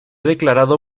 declarado